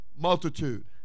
multitude